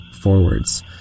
forwards